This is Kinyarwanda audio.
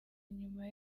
nyuma